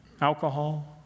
Alcohol